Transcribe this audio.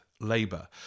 Labour